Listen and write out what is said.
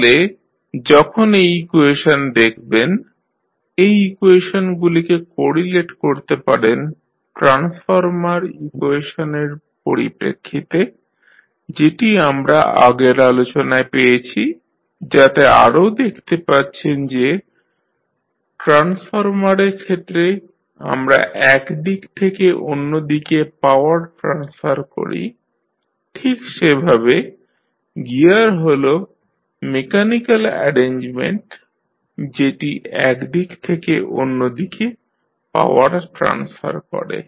তাহলে যখন এই ইকুয়েশন দেখবেন এই ইকুয়েশনগুলিকে কোরিলেট করতে পারেন ট্রান্সফরমার ইকুয়েশনের পরিপ্রেক্ষিতে যেটি আমরা আগের আলোচনায় পেয়েছি যাতে আরো দেখতে পাচ্ছেন যে ট্রান্সফরমারের ক্ষেত্রে আমরা এক দিক থেকে অন্য দিকে পাওয়ার ট্রান্সফার করি ঠিক সেভাবে গিয়ার হল মেকানিক্যাল অ্যারেঞ্জমেন্ট যেটি এক দিক থেকে অন্য দিকে পাওয়ার ট্রান্সফার করে